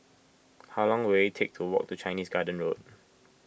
how long will it take to walk to Chinese Garden Road